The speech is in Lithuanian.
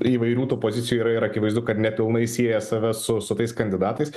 įvairių tų pozicijų yra ir akivaizdu kad nepilnai sieja save su su tais kandidatais